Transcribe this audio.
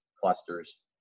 clusters